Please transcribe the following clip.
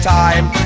time